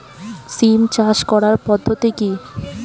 সিম চাষ করার পদ্ধতি কী?